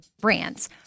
brands